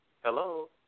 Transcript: Hello